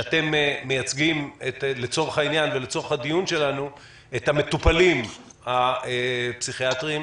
שאתם מייצגים לצורך הדיון הזה את המטופלים הפסיכיאטריים.